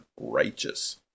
righteous